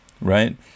right